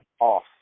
off